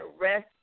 rest